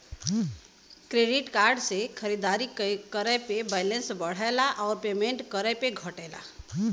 credit card से खरीदारी करे पे बैलेंस बढ़ला आउर पेमेंट करे पे घटला